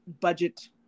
budget